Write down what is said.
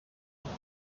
have